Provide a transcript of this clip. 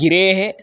गिरेः